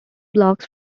blocks